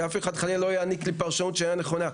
שאף אחד חלילה לא יעניק לי פרשנות שאיננה נכונה.